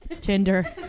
Tinder